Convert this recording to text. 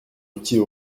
outils